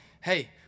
hey